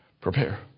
Prepare